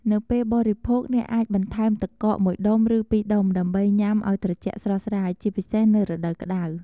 នៅពេលបរិភោគ អ្នកអាចបន្ថែម ទឹកកក មួយដុំ ឬពីរដុំ ដើម្បីញ៉ាំឱ្យត្រជាក់ស្រស់ស្រាយ ជាពិសេសនៅរដូវក្ដៅ។